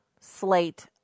slate